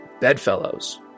bedfellows